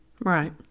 Right